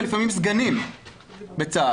ולפעמים סגנים בצה"ל,